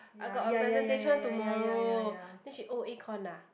I got a presentation tomorrow then she oh econ ah